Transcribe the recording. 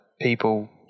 people